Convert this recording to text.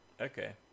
Okay